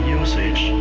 usage